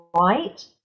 right